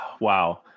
wow